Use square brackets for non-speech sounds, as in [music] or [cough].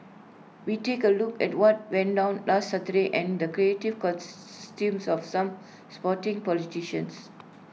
we take A look at what went down last Saturday and the creative [unintelligible] of some sporting politicians